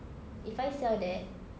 if I sell that